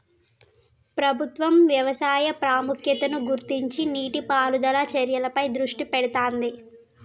ప్రభుత్వం వ్యవసాయ ప్రాముఖ్యతను గుర్తించి నీటి పారుదల చర్యలపై దృష్టి పెడుతాంది